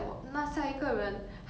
所以我 just 拿 lah